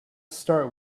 start